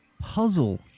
puzzle